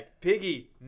Piggy